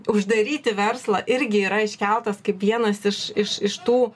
uždaryti verslą irgi yra iškeltas kaip vienas iš iš iš tų